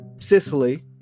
Sicily